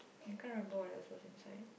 I can't remember what else was inside